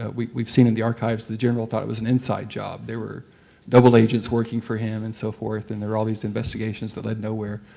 we've we've seen in the archives the general thought it was an inside job. there were double agents working for him and so forth. and there were all these investigations that led nowhere.